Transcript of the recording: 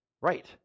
Right